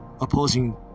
opposing